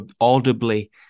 audibly